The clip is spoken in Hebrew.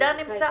נמצא